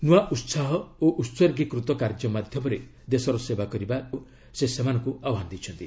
ନୂଆ ଉତ୍ସାହ ଓ ଉତ୍ସର୍ଗୀକୃତ କାର୍ଯ୍ୟ ମାଧ୍ୟମରେ ଦେଶର ସେବା କରିବା କାରି ରଖିବାକୁ ସେ ସେମାନଙ୍କୁ ଆହ୍ୱାନ ଦେଇଛନ୍ତି